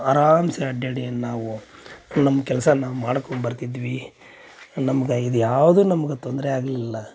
ಆರಾಮ್ ಸೆ ಅಡ್ಡ್ಯಾಡ್ಯನ್ ನಾವು ನಮ್ಮ ಕೆಲಸ ನಾವು ಮಾಡ್ಕೊಂಡ್ಬರ್ತಿದ್ವಿ ನಮ್ಗೆ ಇದ್ಯಾವುದೂ ನಮ್ಗೆ ತೊಂದರೆ ಆಗಲಿಲ್ಲ